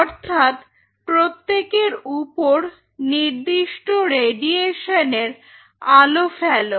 অর্থাৎ প্রত্যেকের উপর নির্দিষ্ট রেডিয়েশনের আলো ফেলো